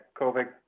COVID